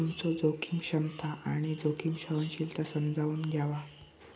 तुमचो जोखीम क्षमता आणि जोखीम सहनशीलता समजून घ्यावा